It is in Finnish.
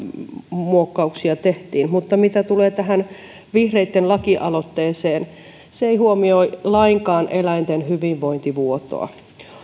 muokkauksia tehtiin mutta mitä tulee tähän vihreitten lakialoitteeseen niin se ei huomioi lainkaan eläinten hyvinvointivuotoa